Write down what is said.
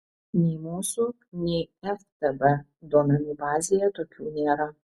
nei mūsų nei ftb duomenų bazėje tokių nėra